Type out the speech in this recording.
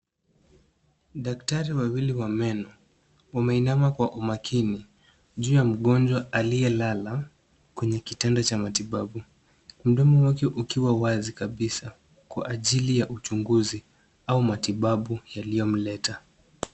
Daktari wawili wa meno wameinama kwa umakini juu ya mgonjwa aliyelala kwenye kitanda cha matibabu. Mdomo wake ukiwa wazi kabisa kwa ajili ya uchuguzi au matibabu yaliyomleta.